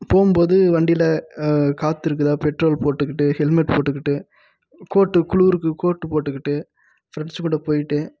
போம்போது வண்டியில காற்று இருக்குதா பெட்ரோல் போட்டுக்கிட்டு ஹெல்மெட் போட்டுக்கிட்டு கோட்டு குளூருக்கு கோட்டு போட்டுக்கிட்டு ஃப்ரெண்ட்ஸு கூட போயிகிட்டு